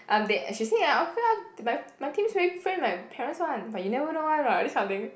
um they she say ah okay ah my my teammates very friend with my parents one but you never know one what this kind of thing